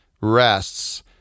rests